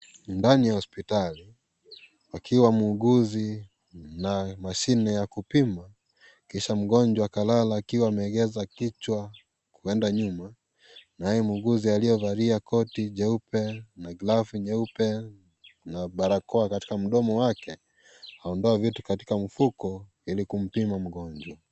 Ndani ya hospitali akiwa muguzi na mashine ya kupima kisha mgonjwa kalala akiwa ameegeza kichwa kuenda nyuma, naye muuguzi aliyevalia koti jeupe, glavu nyeupe na barakoa katika mdomo wake anaondoa vitu katika mfuko ili kumpina mgonjwa.